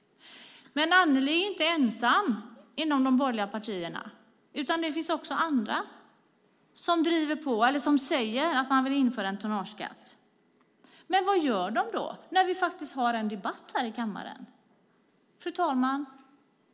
Men Annelie är inte ensam inom de borgerliga partierna. Det finns också andra som säger att de vill införa en tonnageskatt. Men vad gör de när vi faktiskt har en debatt här i kammaren?